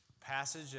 passage